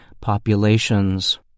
populations